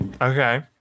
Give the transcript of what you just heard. okay